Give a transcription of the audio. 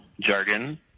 jargon